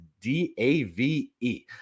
D-A-V-E